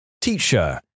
Teacher